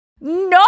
no